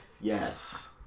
yes